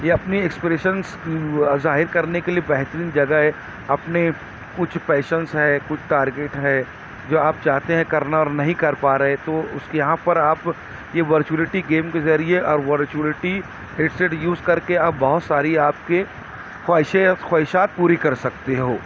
یا اپنی اکسپریشنس ظاہر کرنے کے لیے بہترین جگہ ہے اپنے کچھ پیشنس ہے کچھ ٹارگیٹ ہے جو آپ چاہتے ہیں کرنا اور نہیں کر پا رہے تو اس کے یہاں پر آپ یہ ورچوولیٹی گیم کے ذریعے اور ورچوولیٹی ہیڈسیٹ یوز کر کے آپ بہت ساری آپ کے خواہشیں خواہشات پوری کر سکتے ہو